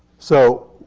so